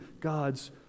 God's